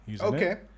Okay